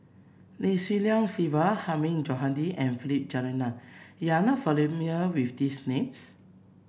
Lim Swee Lian Sylvia Hilmi Johandi and Philip Jeyaretnam you are not with these names